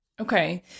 Okay